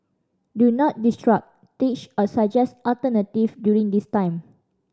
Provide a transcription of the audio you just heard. do not teach or suggest alternative during this time